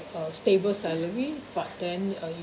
a stable salary but then uh